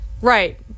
Right